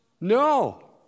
No